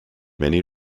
many